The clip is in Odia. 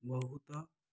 ବହୁତ